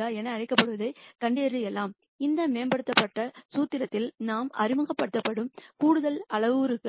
λ என அழைக்கப்படுவதைக் கண்டறியலாம் இந்த மேம்படுத்தல் சூத்திரத்தில் நாம் அறிமுகப்படுத்தும் கூடுதல் அளவுருக்கள்